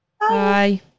Bye